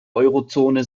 eurozone